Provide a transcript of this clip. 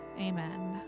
Amen